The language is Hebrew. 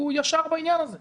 הוא ישר בעניין הזה.